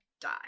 die